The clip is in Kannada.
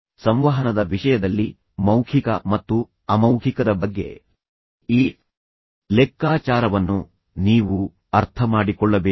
ಸಂವಹನದ ವಿಷಯದಲ್ಲಿ ಮೌಖಿಕ ಮತ್ತು ಅಮೌಖಿಕದ ಬಗ್ಗೆ ಈ ಲೆಕ್ಕಾಚಾರವನ್ನು ನೀವು ಅರ್ಥಮಾಡಿಕೊಳ್ಳಬೇಕು